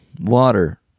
water